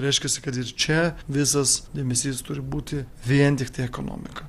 reiškiasi kad ir čia visas dėmesys turi būti vien tiktai ekonomika